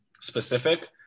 specific